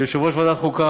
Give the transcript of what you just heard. ליושב-ראש ועדת החוקה,